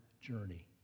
journey